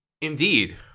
Indeed